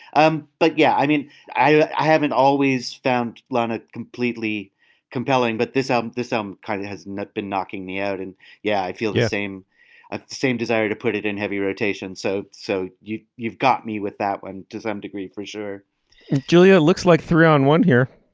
um but yeah i mean i haven't always found lana completely compelling but this album this um kind of has not been knocking me out and yeah i feel the same ah same desire to put it in heavy rotation so. so yeah you've got me with that to some degree for sure julia looks like three on one here